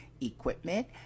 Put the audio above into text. equipment